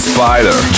Spider